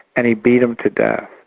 and he beat him to death,